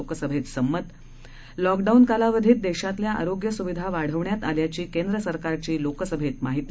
लोकसभेत संमत लॉकडाऊन कालावधीत देशातल्या आरोग्य सुविधा वाढवण्यात आल्याची केंद्रसरकारची लोकसभेत माहिती